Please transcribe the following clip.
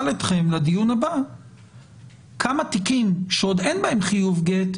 אתכם לדיון הבא כמה תיקים שעוד אין בהם חיוב גט,